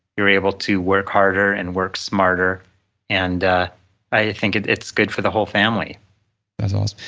you're able to work harder and work smarter and i think it's it's good for the whole family that's awesome.